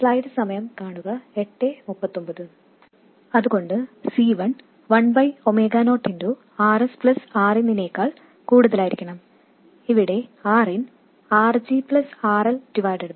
അതുകൊണ്ട് C1 1 0Rs Rin നേക്കാൾ കൂടുതലായിരിക്കണം ഇവിടെ Rin RG RL gmRL1ആണ്